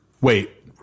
Wait